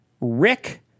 Rick